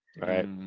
right